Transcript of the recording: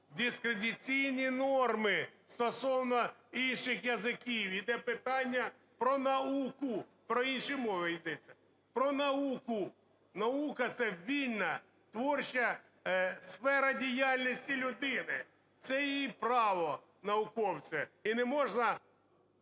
мовудискредитаційні норми стосовно інших язиків, іде питання про науку, про інші мови йдеться, про науку! Наука – це вільна, творча сфера діяльності людини. Це його право, науковця, і не можна…